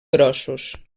grossos